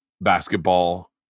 basketball